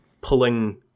pulling